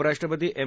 उपराष्ट्रपती एम